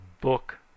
book